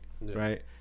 right